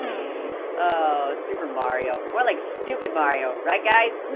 um super mario. more like stupid mario, right guys?